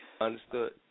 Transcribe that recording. understood